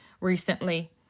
recently